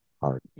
hard